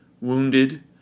wounded